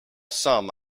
sum